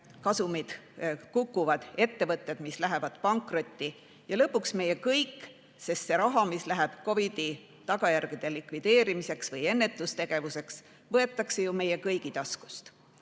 kasumid kukuvad, ettevõtted, mis lähevad pankrotti, ja lõpuks meie kõik. See raha, mis läheb COVID-i tagajärgede likvideerimiseks ja ennetustegevuseks, võetakse ju meie kõigi taskust.